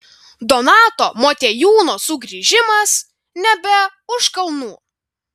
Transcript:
donato motiejūno sugrįžimas nebe už kalnų